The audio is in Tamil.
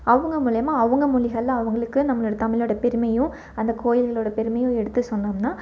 அவங்க மூலியமாக அவங்க மொழிகளில் அவங்களுக்கு நம்மளோட தமிழோட பெருமையையும் அந்த கோயில்களோட பெருமையும் எடுத்து சொன்னோம்னா